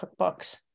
cookbooks